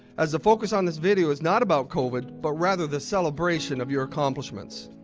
as the focus on this video is not about covid but, rather, the celebration of your accomplishments.